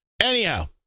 Anyhow